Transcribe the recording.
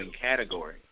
category